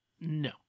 No